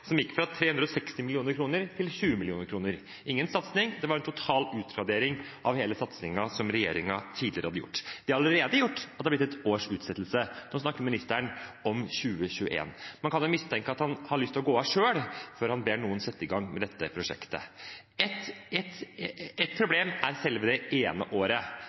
som gikk fra 360 mill. kr til 20 mill. kr. Ingen satsing – det var en total utradering av hele satsingen som regjeringen tidligere hadde hatt. Det har gjort at det allerede har blitt et års utsettelse – nå snakker ministeren om 2021. Man kan jo mistenke at han har lyst til å gå av selv før han ber noen sette i gang med dette prosjektet. Ett problem er selve det ene året